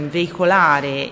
veicolare